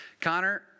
Connor